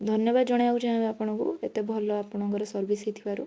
ଧନ୍ୟବାଦ ଜଣାଇବାକୁ ଚାହିଁବି ଆପଣଙ୍କୁ ଏତେ ଭଲ ଆପଣଙ୍କର ସର୍ଭିସ୍ ହେଇଥିବାରୁ